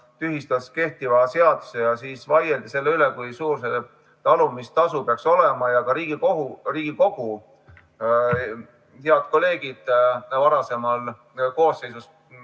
tühistas kehtiva seaduse ja siis vaieldi selle üle, kui suur see talumistasu peaks olema. Ka Riigikogu head kolleegid varasemast koosseisust